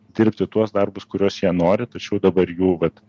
dirbti tuos darbus kuriuos jie nori tačiau dabar jų vat